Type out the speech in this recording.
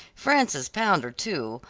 frances pounder, too,